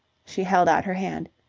she held out her hand.